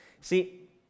See